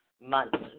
month's